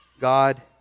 God